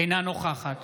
אינה נוכחת